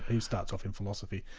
he starts off in philosophy.